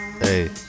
Hey